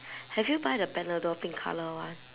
have you buy the panadol pink colour one